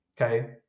okay